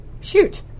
shoot